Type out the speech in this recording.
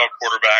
quarterback